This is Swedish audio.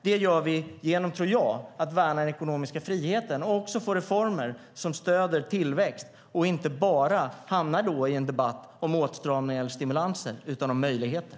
Det gör vi genom att värna den ekonomiska friheten och också med reformer som stöder tillväxt. Vi kan inte bara hamna i en debatt om åtstramningar och stimulanser, utan det handlar om möjligheter.